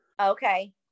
Okay